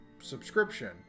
Subscription